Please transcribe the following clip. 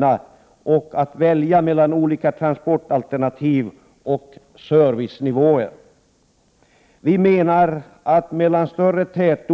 Man skall kunna välja mellan olika transportalternativ och servicenivåer. Vi menar att det finns ett